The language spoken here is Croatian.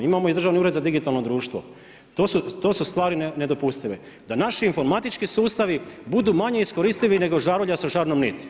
Imamo i državni ured za digitalno društvo, to su stvari nedopustive da naši informatički sustavi budu manje iskoristivi nego žarulja sa žarnom niti.